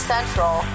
Central